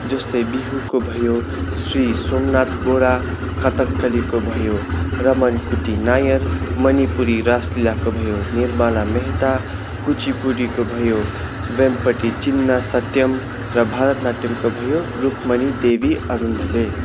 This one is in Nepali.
जस्तै बिहुको भयो श्री सोमनाथ बहोरा कथकलीको भयो रमणकुटी नायर मणिपुरी रासलिलाको भयो निर्मला मेहेता कुचिपुडीको भयो भेमपट्टी चिन्न सत्यम् र भरत नाट्यमको भयो रूपमणि देवी अरुणधले